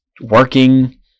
working